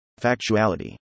Factuality